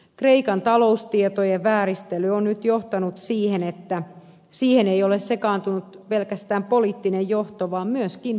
kreikan taloustietojen vääristely on nyt johtanut siihen että siihen ei ole sekaantunut pelkästään poliittinen johto vaan myöskin pankkimaailma